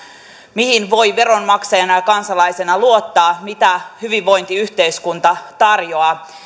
mihin voi veronmaksajana ja kansalaisena luottaa mitä hyvinvointiyhteiskunta tarjoaa